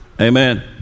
Amen